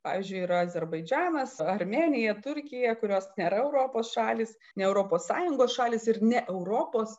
pavyzdžiui yra azerbaidžanas armėnija turkija kurios nėra europos šalys ne europos sąjungos šalys ir ne europos